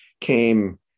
came